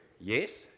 Yes